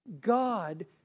God